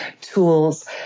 tools